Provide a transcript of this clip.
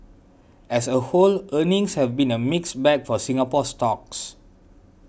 as a whole earnings have been a mixed bag for Singapore stocks